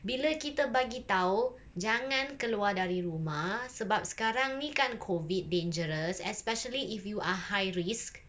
bila kita bagi tahu jangan keluar dari rumah sebab sekarang ni kan COVID dangerous especially if you are high risk